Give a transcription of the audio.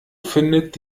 findet